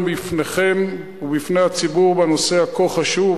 בפניכם ובפני הציבור בנושא הכה חשוב,